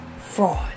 fraud